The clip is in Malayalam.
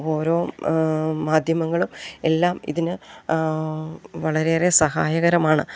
ഓരോ മാധ്യമങ്ങളും എല്ലാം ഇതിന് വളരെയേറെ സഹായകരമാണ്